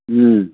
ꯎꯝ